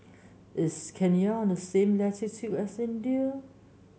is Kenya on the same latitude as India